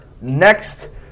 next